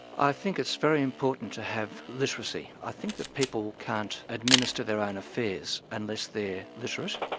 i think it's very important to have literacy. i think that people can't administer their own affairs unless they're literate.